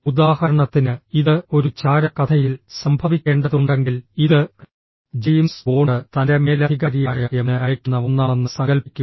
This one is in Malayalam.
ഉദാഹരണത്തിന് ഇത് ഒരു ചാര കഥയിൽ സംഭവിക്കേണ്ടതുണ്ടെങ്കിൽ ഇത് ജെയിംസ് ബോണ്ട് തൻ്റെ മേലധികാരിയായ എം ന് അയയ്ക്കുന്ന ഒന്നാണെന്ന് സങ്കൽപ്പിക്കുക